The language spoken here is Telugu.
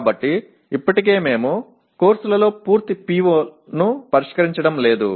కాబట్టి ఇప్పటికే మేము కోర్సులలో పూర్తి PO1 ను పరిష్కరించడం లేదు